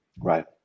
Right